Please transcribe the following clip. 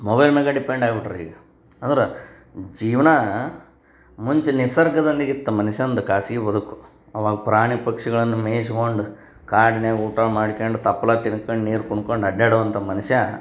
mobile ಮ್ಯಾಗೆ depend ಆಗ್ಬಿಟ್ರೆ ಈಗ ಅಂದ್ರೆ ಜೀವನ ಮುಂಚೆ ನಿಸರ್ಗದೊಂದಿಗಿತ್ತು ಮನುಷ್ಯಂದು ಖಾಸಗಿ ಬದುಕು ಅವಾಗ ಪ್ರಾಣಿ ಪಕ್ಷಿಗಳನ್ನು ಮೇಯ್ಸ್ಕೊಂಡು ಕಾಡಿನ್ಯಾಗ ಊಟ ಮಾಡ್ಕಂಡು ತಪ್ಲು ತಿನ್ಕಂಡು ನೀರು ಕುಣ್ಕೊಂಡು ಅಡ್ಡಾಡುವಂಥ ಮನುಷ್ಯ